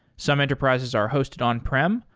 some enterprises are hosted on-prem.